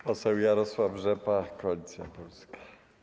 Poseł Jarosław Rzepa, Koalicja Polska.